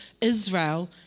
Israel